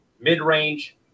mid-range